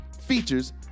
features